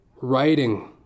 writing